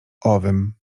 owym